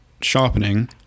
sharpening